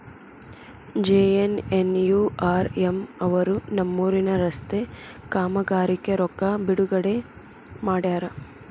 JNNURM ಅವರು ನಮ್ಮೂರಿನ ರಸ್ತೆ ಕಾಮಗಾರಿಗೆ ರೊಕ್ಕಾ ಬಿಡುಗಡೆ ಮಾಡ್ಯಾರ